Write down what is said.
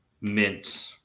mint